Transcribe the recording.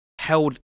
held